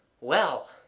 Well